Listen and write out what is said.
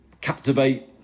captivate